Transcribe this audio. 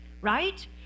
right